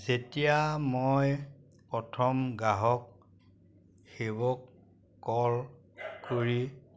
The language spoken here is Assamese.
যেতিয়া মই প্ৰথম গ্ৰাহক সেৱক কল কৰি